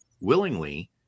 willingly